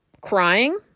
crying